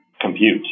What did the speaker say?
compute